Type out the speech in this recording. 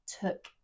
took